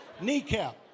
Kneecap